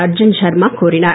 அர்ஜுன் ஷர்மா கூறினார்